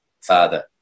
Father